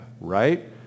right